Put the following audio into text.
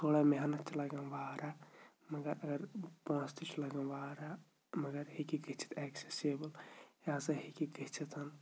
تھوڑا محنت چھِ لَگان واریاہ مگر اگر پونٛسہٕ تہِ چھِ لَگان واریاہ مگر ہیٚکہِ گٔژھِتھ اٮ۪کسٮ۪سیبٕل یہِ ہَسا ہیٚکہِ گٔژھِتھ